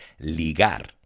ligar